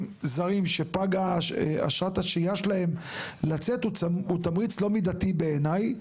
זרים שפגה אשרת השהיה שלהם לצאת הוא תמריץ לא מידתי בעיניי.